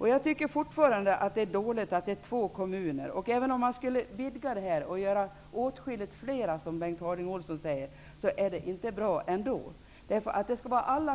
Jag tycker fortfarande att det är dåligt att verksamhet skall bedrivas i bara två kommuner. Även om man skulle vidga verksamheten till åtskilligt flera kommuner, som Bengt Harding Olson säger, skulle det ändå inte vara bra. Alla kommuner skall vara med.